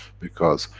because,